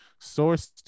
sourced